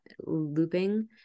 looping